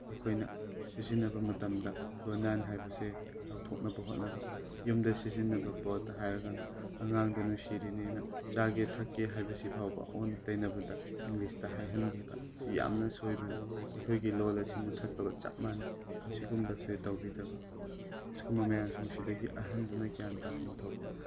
ꯑꯩꯈꯣꯏꯅ ꯁꯤꯖꯤꯟꯅꯕ ꯃꯇꯝꯗ ꯂꯣꯟꯌꯥꯟ ꯍꯥꯏꯕꯁꯦ ꯂꯧꯊꯣꯛꯅꯕ ꯍꯣꯠꯅꯕ ꯌꯨꯝꯗ ꯁꯤꯖꯤꯟꯅꯕ ꯄꯣꯠꯇ ꯍꯥꯏꯔꯒꯅ ꯑꯉꯥꯡꯗ ꯅꯨꯡꯁꯤꯔꯤꯅꯦꯅ ꯆꯥꯒꯦ ꯊꯛꯀꯦ ꯍꯥꯏꯕꯁꯤ ꯐꯥꯎꯕ ꯑꯣꯟꯅ ꯇꯩꯅꯕꯗ ꯏꯪꯂꯤꯁꯇ ꯍꯥꯏꯍꯟꯕꯤꯕ ꯁꯤ ꯌꯥꯝꯅ ꯁꯣꯏꯕꯅꯤ ꯑꯩꯈꯣꯏꯒꯤ ꯂꯣꯟ ꯑꯁꯤ ꯃꯨꯊꯠꯄꯒ ꯆꯞ ꯃꯥꯅꯩ ꯃꯁꯤꯒꯨꯝꯕꯁꯦ ꯇꯧꯕꯤꯗꯕ ꯁꯤꯒꯨꯝꯕ ꯃꯌꯥꯝꯁꯤꯡꯁꯤꯗꯒꯤ ꯑꯍꯟꯗꯨꯅ ꯒ꯭ꯌꯥꯟ ꯇꯥꯐꯝ ꯊꯣꯛꯄ